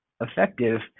effective